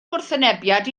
gwrthwynebiad